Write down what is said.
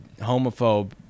homophobe